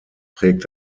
prägt